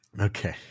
Okay